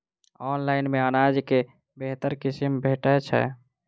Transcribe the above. Online मे अनाज केँ बेहतर किसिम भेटय छै?